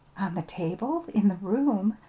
the table? in the room?